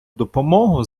допомогу